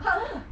ah ah